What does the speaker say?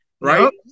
Right